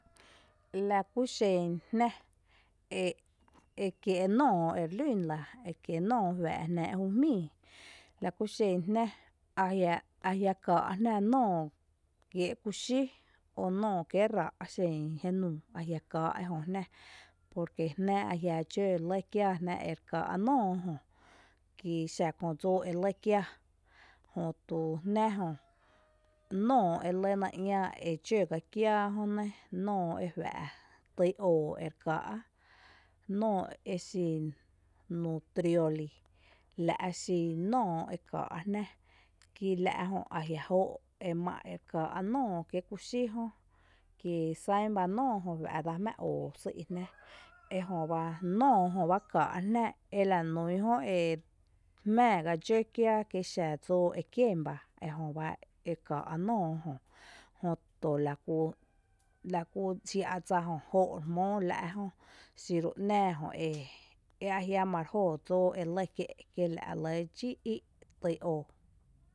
La kú xen jnⱥ e kiee’ nóoó ere lún la, ekiee’ nóoó juⱥⱥ’ jnⱥⱥ’ jú jmíií lakú xen jná a jia’ káaá jnⱥ nóoó kiee’ kuxí, o nóoó kiée’ raa’ xen jenuu ajia’ káa’ ejö jná, porque jná a jia’ dxǿ lɇ kiaa jnⱥ ere káa’ nóoó jö kí xa köö dsóo e lɇ kiaa jötu jnⱥ jö, nóoó e lɇna ‘ñaa e dxǿ jö gá kiáá jönɇ, nóoó ejuⱥ’ tý oo ere káa’ nóoó exin Nutrioli la’ xin nóoó ekáa’ jnⱥ kí la’ jö ajiama’ ere k’aa’ nóoó kiee’ kúxí jö kí sán bá nóoó jö juⱥ’ dsa jmⱥⱥ oo sý’ jnⱥ ejöba nóoó jöba káa’ jnⱥ ela nún jö e jmⱥⱥ gá dxǿ kiaa kí xa dsóo e kien ba, ejöba ae káa’ nóoó jö jötu lakú, lakú jia’ dsa jö joo’ ba ere jmóo la’ jö xiru e ‘nⱥⱥ jö eajiama rejó dsóo elɇ kie’ kí la’ re lɇ dxií’ tý oo.